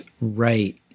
right